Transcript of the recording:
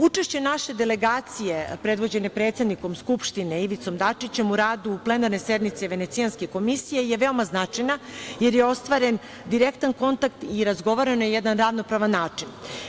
Učešće naše delegacije predvođene predsednikom Skupštine, Ivicom Dačićem u radu plenarne sednice Venecijanske komisije je veoma značajna, jer je ostvaren direkta kontakt i razgovarano je na jedan ravnopravan način.